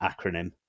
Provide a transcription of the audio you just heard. acronym